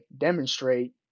demonstrate